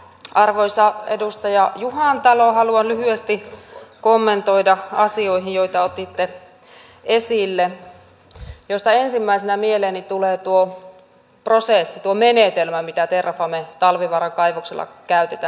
arvoisa edustaja juhantalo haluan lyhyesti kommentoida asioihin joita otitte esille joista ensimmäisenä mieleeni tulee tuo prosessi tuo menetelmä mitä terrafamen talvivaaran kaivoksella käytetään